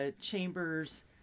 Chambers